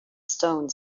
stone